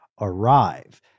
arrive